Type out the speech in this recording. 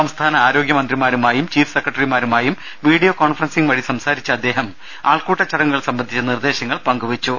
സംസ്ഥാന ആരോഗ്യമന്ത്രിമാരുമായും ചീഫ് സെക്രട്ടറിമാ രുമായും വീഡിയോ കോൺഫറൻസിംഗ് വഴി സംസാരിച്ച അദ്ദേഹം ആൾക്കൂട്ട ചടങ്ങുകൾ സംബന്ധിച്ച നിർദ്ദേശങ്ങൾ പങ്കുവെച്ചു